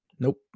Nope